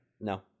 No